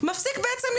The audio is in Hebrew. מפסיק בעצם לתמוך.